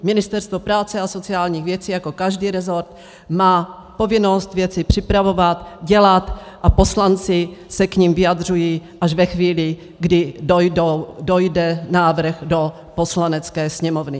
Ministerstvo práce a sociálních věcí jako každý resort má povinnost věci připravovat, dělat a poslanci se k nim vyjadřují až ve chvíli, kdy dojde návrh do Poslanecké sněmovny.